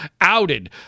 outed